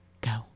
go